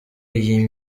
iyi